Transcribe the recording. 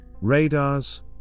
Radars